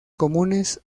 comunes